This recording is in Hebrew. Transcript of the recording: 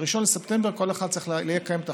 ב-1 בספטמבר כל אחד יהיה צריך לקיים את החוק.